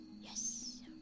Yes